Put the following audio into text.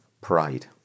Pride